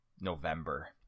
November